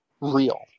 real